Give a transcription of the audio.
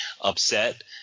upset